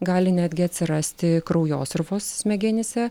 gali netgi atsirasti kraujosruvos smegenyse